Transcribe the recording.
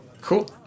Cool